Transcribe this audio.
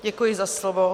Děkuji za slovo.